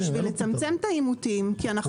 כדי לצמצם את האימותים כי אנחנו